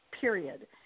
Period